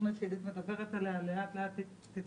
התוכנית שעדית מדברת עליה לאט-לאט תתרחב,